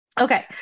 Okay